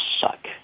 suck